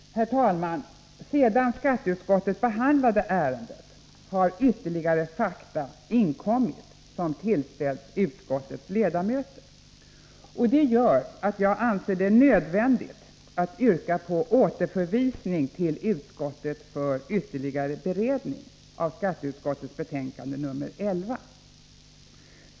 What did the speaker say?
Herr talman! Sedan skatteutskottet behandlade ärendet har det inkommit ytterligare fakta, som tillställts utskottets ledamöter. Det gör att jag anser det nödvändigt att yrka på återförvisning till utskottet för ytterligare beredning av skatteutskottets betänkande 11.